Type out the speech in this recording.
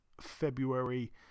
february